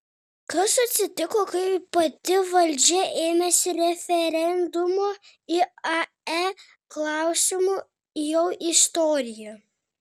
kas atsitiko kai pati valdžia ėmėsi referendumo iae klausimu jau istorija